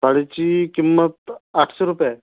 साडीची किंमत आठशे रुपये आहे